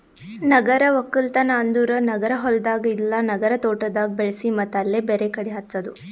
ನಗರ ಒಕ್ಕಲ್ತನ್ ಅಂದುರ್ ನಗರ ಹೊಲ್ದಾಗ್ ಇಲ್ಲಾ ನಗರ ತೋಟದಾಗ್ ಬೆಳಿಸಿ ಮತ್ತ್ ಅಲ್ಲೇ ಬೇರೆ ಕಡಿ ಹಚ್ಚದು